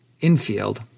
infield